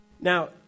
Now